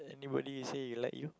anybody say they like you